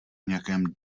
nějakém